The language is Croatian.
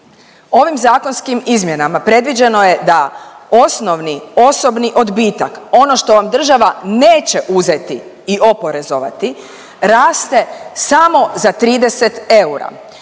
Ovim zakonskim izmjenama predviđeno je da osnovni osobni odbitak, ono što vam država neće uzeti i oporezovati, raste samo za 30 eura